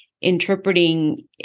interpreting